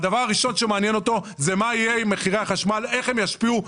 הראשון שמעניין אותו זה מה יהיה עם מחירי החשמל ואיך הם ישפיעו.